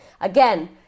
Again